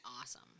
awesome